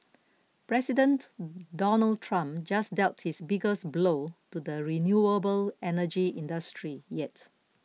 President Donald Trump just dealt his biggest blow to the renewable energy industry yet